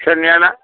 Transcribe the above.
सेरनैयाना